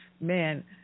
Man